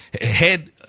head